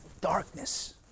darkness